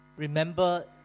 Remember